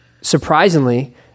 surprisingly